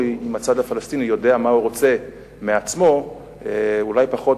בגלל, בסדר, אז תחזור ותאמר: אני חוזר.